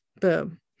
boom